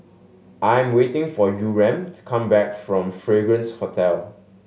I'm waiting for Yurem to come back from Fragrance Hotel